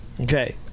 Okay